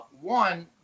one